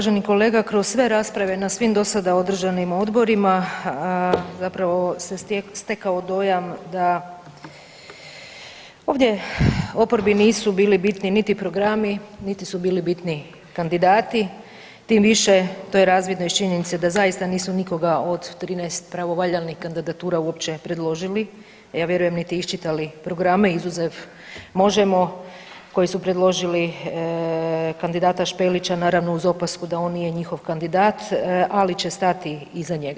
Uvaženi kolega, kroz sve rasprave na svim do sada održanim odborima zapravo se stekao dojam da ovdje oporbi nisu bili bitni niti programi, niti su bili bitni kandidati tim više to je razvidno iz činjenice da zaista nisu nikoga od 13 pravovaljanih kandidatura uopće predložili, a ja vjerujem niti iščitali programe izuzev Možemo koji su predložili kandidata Špelića naravno uz opasku da on nije njihov kandidat, ali će stati iza njega.